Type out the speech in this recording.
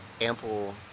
ample